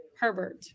Herbert